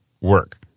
work